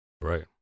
Right